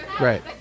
right